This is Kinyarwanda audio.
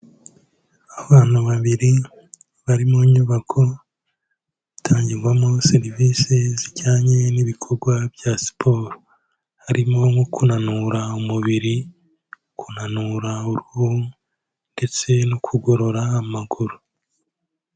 Abana babiri bari mu nyubako zitangirwamo serivisi zijyanye n'ibikorwa bya siporo. Harimo nko kunanura umubiri, kunanura uruhu ndetse no kugorora amaguru.